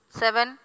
seven